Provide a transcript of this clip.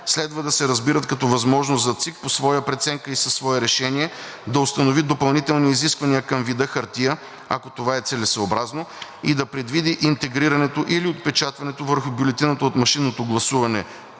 следва да се разбират като възможност за ЦИК по своя преценка и със свое решение да установи допълнителни изисквания към вида хартия, ако това е целесъобразно, и да предвиди интегрирането или отпечатването върху бюлетината от машинното гласуване